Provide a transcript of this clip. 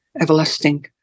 everlasting